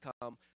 come